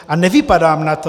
A nevypadám na to.